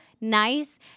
nice